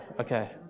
okay